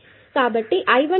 కాబట్టి I1 విలువ ఎంత